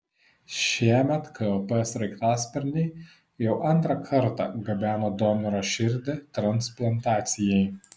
šiemet kop sraigtasparniai jau antrą kartą gabeno donoro širdį transplantacijai